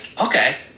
okay